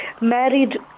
married